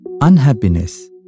Unhappiness